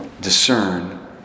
discern